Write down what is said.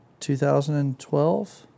2012